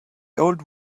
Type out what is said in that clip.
old